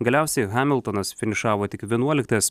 galiausiai hamiltonas finišavo tik vienuoliktas